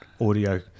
audio